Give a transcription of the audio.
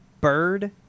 bird